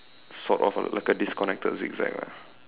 short of ah like a disconnected zigzag ah